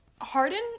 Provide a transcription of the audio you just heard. Harden